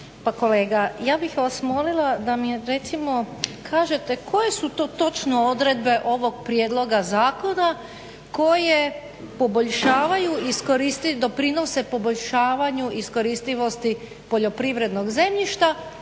Pa kolega, ja bih vas molila da mi recimo kažete koje su to točno odredbe ovog prijedloga zakona koje doprinose poboljšavanju iskoristivosti poljoprivrednog zemljišta